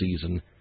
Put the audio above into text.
season